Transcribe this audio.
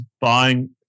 buying